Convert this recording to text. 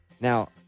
Now